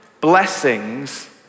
Blessings